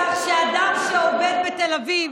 כך שאדם שעובד בתל אביב